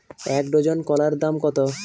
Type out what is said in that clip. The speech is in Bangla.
এক ডজন কলার দাম কত?